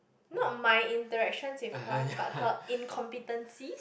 not my interactions with her but her incompetency